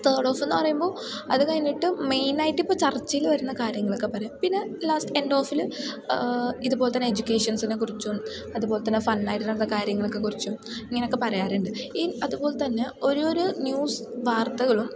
third ഹാഫെന്നു പറയുമ്പോൾ അതു കഴിഞ്ഞിട്ട് മെയിനായിട്ട് ഇപ്പം ചർച്ചയിൽ വരുന്ന കാര്യങ്ങളൊക്കെ പറയാം പിന്നെ ലാസ്റ്റ് എൻഡോഫിൽ ഇതുപോലെ തന്നെ എഡ്യൂക്കേഷൻസിനെ കുറിച്ചും അതുപോലെ തന്നെ ഫണ്ണായിട്ടിരുന്ന കാര്യങ്ങളൊക്കെ കുറിച്ചും ഇങ്ങനെയൊക്കെ പറയാറുണ്ട് ഈ അതുപോലെ തന്നെ ഒരു ഒരു ന്യൂസ് വാർത്തകളും